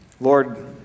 Lord